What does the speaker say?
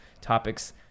topics